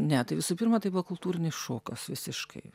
ne tai visų pirma tai buvo kultūrinis šokas visiškai